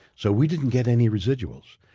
so we didn't get any residuals.